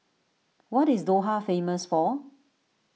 what is Doha famous for